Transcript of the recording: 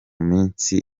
minsi